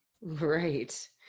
Right